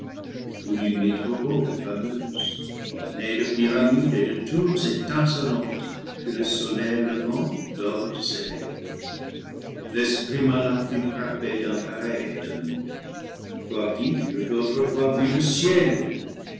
ornée de pyramides et de tours étincelantes que le soleil levant dore de ses rayons l'esprit malin fut frappé d'un pareil étonnement quoiqu'il eût autrefois vu le ciel